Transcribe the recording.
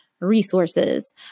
resources